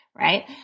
Right